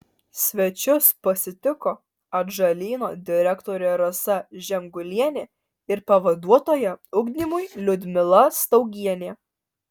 svečius pasitiko atžalyno direktorė rasa žemgulienė ir pavaduotoja ugdymui liudmila staugienė